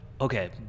Okay